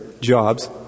jobs